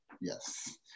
Yes